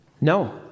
No